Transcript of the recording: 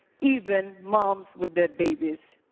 even moms with their babies.